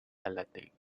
athletic